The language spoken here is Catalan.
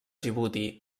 djibouti